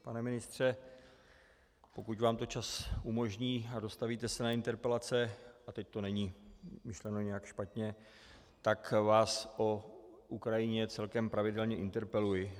Pane ministře, pokud vám to čas umožní a dostavíte se na interpelace, a teď to není myšleno nějak špatně, tak vás o Ukrajině celkem pravidelně interpeluji.